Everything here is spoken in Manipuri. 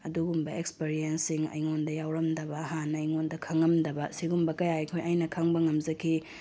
ꯑꯗꯨꯒꯨꯝꯕ ꯑꯦꯛꯁꯄꯔꯤꯌꯦꯟꯁꯁꯤꯡ ꯑꯩꯉꯣꯟꯗ ꯌꯥꯎꯔꯝꯗꯕ ꯍꯥꯟꯅ ꯑꯩꯉꯣꯟꯗ ꯈꯪꯉꯝꯗꯕ ꯁꯤꯒꯨꯝꯕ ꯀꯌꯥ ꯑꯩꯅ ꯈꯪꯕ ꯉꯝꯖꯈꯤ